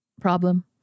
Problem